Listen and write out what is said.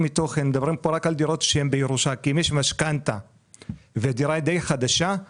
בתוך דירה של המשפחה והיא לא דירה שלהם.